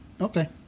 Okay